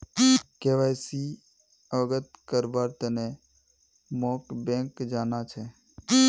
KYC अवगत करव्वार तने मोक बैंक जाना छ